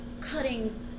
cutting